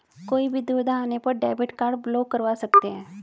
कोई भी दुविधा आने पर डेबिट कार्ड ब्लॉक करवा सकते है